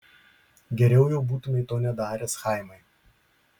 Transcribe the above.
geriau jau būtumei to nedaręs chaimai